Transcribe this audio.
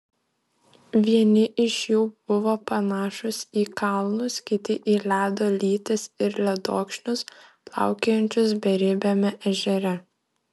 vieni iš jų buvo panašūs į kalnus kiti į ledo lytis ir ledokšnius plaukiojančius beribiame ežere